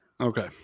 Okay